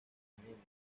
extremeño